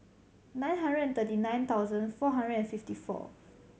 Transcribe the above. nine hundred thirty nine thousand four hundred and fifty four